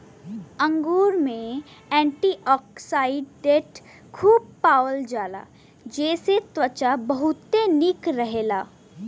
अंगूर में एंटीओक्सिडेंट खूब पावल जाला जेसे त्वचा बहुते निक रहेला